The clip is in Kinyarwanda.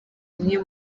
umwe